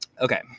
Okay